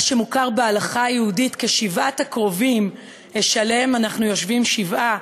מה שמוכר בהלכה היהודית כשבעת הקרובים שעליהם אנחנו יושבים שבעה,